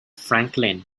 franklin